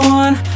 one